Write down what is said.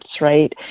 right